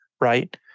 right